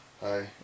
Hi